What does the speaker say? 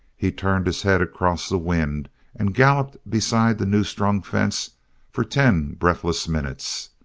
he turned his head across the wind and galloped beside the new-strung fence for ten breathless minutes.